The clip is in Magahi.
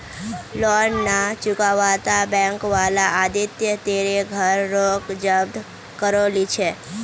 लोन ना चुकावाता बैंक वाला आदित्य तेरे घर रोक जब्त करो ली छे